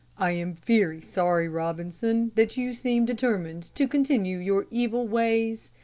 i am very sorry, robinson, that you seem determined to continue your evil ways.